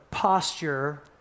posture